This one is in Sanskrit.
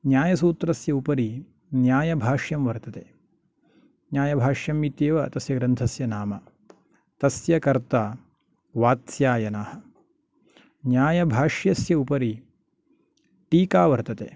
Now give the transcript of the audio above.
न्यायसूत्रस्य उपरि न्यायभाष्यं वर्तते न्यायभाष्यम् इत्येव तस्य ग्रन्थस्य नाम तस्य कर्ता वात्स्यायनः न्यायभाष्यस्य उपरि टीका वर्तते